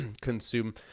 consume